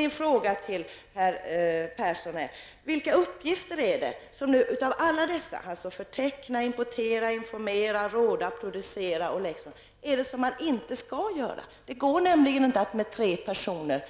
Min fråga till herr Persson är: Vilka uppgifter av alla dessa, dvs. förteckna, importera, informera, råda och producera är det som man inte skall göra? Det går nämligen inte att